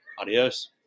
Adios